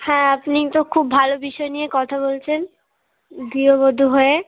হ্যাঁ আপনি তো খুব ভালো বিষয় নিয়ে কথা বলছেন গৃহবধূ হয়ে